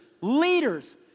Leaders